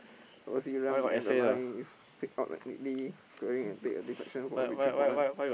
run behind the lines pick out neatly squaring and for every three corner